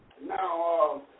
Now